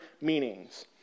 meanings